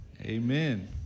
Amen